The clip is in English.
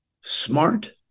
smart